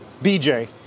BJ